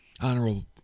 Honorable